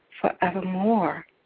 forevermore